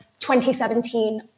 2017